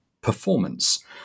performance